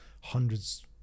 hundreds